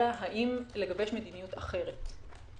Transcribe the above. אלא האם לגבש מדיניות אחרת.